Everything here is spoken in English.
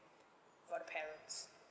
for the parents